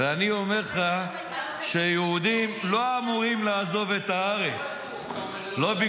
ואני אומר לך שיהודים לא אמורים לעזוב את הארץ -- יש גם חרדים שעזבו.